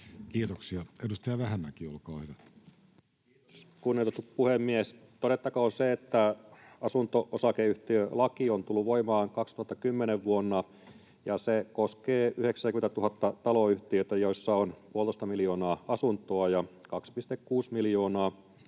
Kiitoksia. — Edustaja Vähämäki, olkaa hyvä. Kiitos, kunnioitettu puhemies! Todettakoon se, että asunto-osakeyhtiölaki on tullut voimaan vuonna 2010 ja se koskee 90 000:ta taloyhtiötä, joissa on puolitoista miljoonaa asuntoa, ja 2,6 miljoonaa